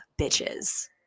bitches